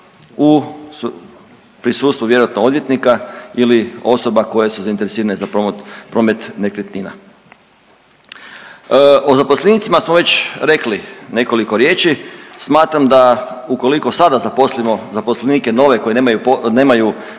u prisustvu vjerojatno odvjetnika ili osoba koje su zainteresirane za promet, za promet nekretnina. O zaposlenicima smo već rekli nekoliko riječi, smatram da ukoliko sada zaposlimo zaposlenike nove koji nemaju